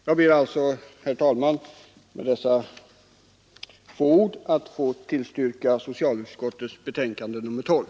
Jag ber, herr talman, att med dessa få ord få yrka bifall till socialutskottets hemställan i betänkandet nr 12.